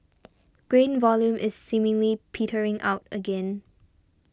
grain volume is seemingly petering out again